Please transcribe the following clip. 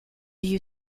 you